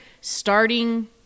starting –